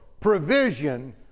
provision